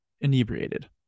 inebriated